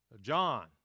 John